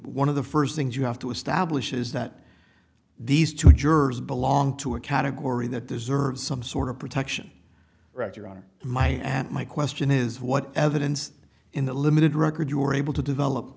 one of the first things you have to establish is that these two jurors belong to a category that deserves some sort of protection right your honor my my question is what evidence in the limited record you were able to develop